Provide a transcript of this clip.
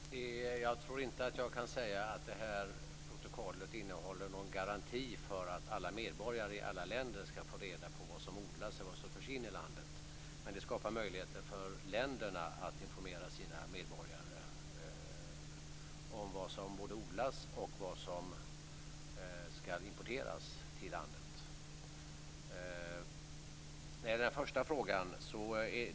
Fru talman! Jag tror inte att jag kan säga att det här protokollet innehåller någon garanti för att alla medborgare i alla länder ska får reda på vad som odlas och vad som förs in i landet. Men det skapar möjligheter för länderna att informera sina medborgare både om vad som odlas och vad som importeras till landet.